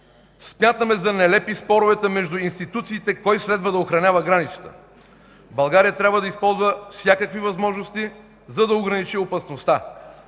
Смятаме за нелепи споровете между институциите кой следва да охранява границите. България трябва да използва всякакви възможности, за да ограничи опасността.